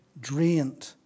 drained